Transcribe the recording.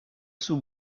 sous